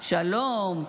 שלום,